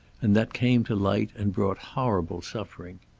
and that came to light and brought horrible suffering.